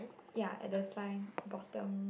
ya at the sign bottom